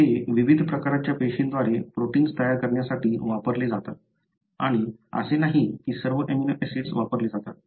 ते विविध प्रकारच्या पेशींद्वारे प्रोटिन्स तयार करण्यासाठी वापरले जातात आणि असे नाही की सर्व अमीनो ऍसिड वापरल्या जातात